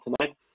tonight